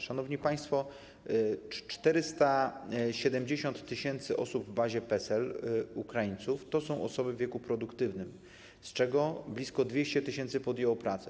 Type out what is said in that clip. Szanowni państwo, 470 tys. Ukraińców w bazie PESEL to są osoby w wieku produktywnym, z czego blisko 200 tys. podjęło pracę.